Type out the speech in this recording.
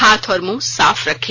हाथ और मुंह साफ रखें